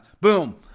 Boom